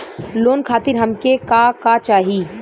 Loan खातीर हमके का का चाही?